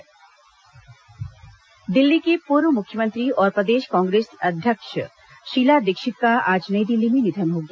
शीला दीक्षित दिल्ली की पूर्व मुख्यमंत्री और प्रदेश कांग्रेस अध्यक्ष शीला दीक्षित का आज नई दिल्ली में निधन हो गया